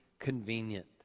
convenient